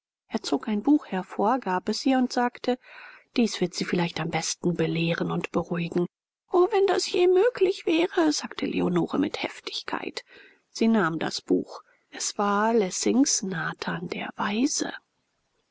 er zog ein buch hervor gab es ihr und sagte dies wird sie vielleicht am besten belehren und beruhigen o wenn das je möglich wäre sagte leonore mit heftigkeit sie nahm das buch es war lessings nathan der weise